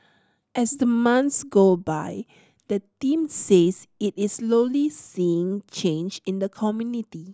as the months go by the team says it is slowly seeing change in the community